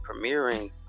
premiering